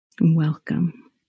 Welcome